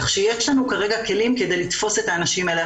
כך שיש לנו כרגע כלים כדי לתפוס את האנשים האלה.